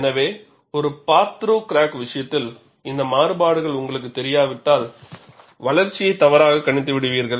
எனவே ஒரு part through crack விஷயத்தில் இந்த மாறுபாடுகள் உங்களுக்குத் தெரியாவிட்டால் வளர்ச்சியை தவறாக கணித்து விடுவீர்கள்